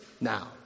now